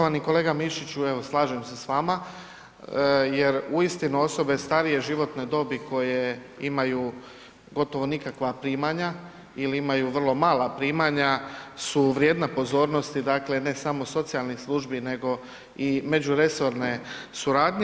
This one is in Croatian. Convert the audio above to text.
Pa poštovani kolega Mišiću evo slažem se s vama, jer uistinu osobe starije životne dobi koje imaju gotovo nikakva primanja ili imaju vrlo mala primanja su vrijedna pozornosti dakle ne samo socijalnih službi nego i međuresorne suradnje.